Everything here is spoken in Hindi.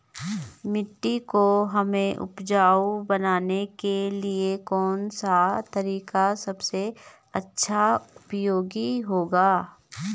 मिट्टी को हमें उपजाऊ बनाने के लिए कौन सा तरीका सबसे अच्छा उपयोगी होगा?